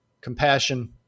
compassion